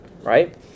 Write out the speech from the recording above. Right